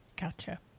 Gotcha